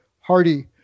hardy